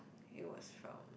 he was from